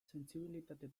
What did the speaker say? sentsibilitate